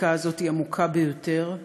בחקיקה הזאת עמוקה ביותר.